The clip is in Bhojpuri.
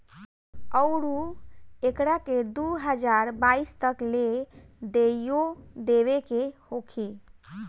अउरु एकरा के दू हज़ार बाईस तक ले देइयो देवे के होखी